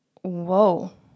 Whoa